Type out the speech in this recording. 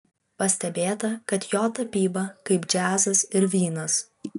pastebėta kad jo tapyba kaip džiazas ir vynas